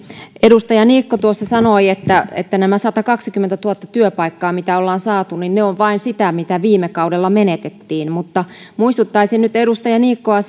edustaja niikko tuossa sanoi että että nämä satakaksikymmentätuhatta työpaikkaa mitä ollaan saatu ovat vain niitä mitä viime kaudella menetettiin mutta muistuttaisin nyt edustaja niikkoa